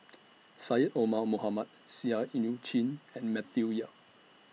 Syed Omar Mohamed Seah EU Chin and Matthew Yap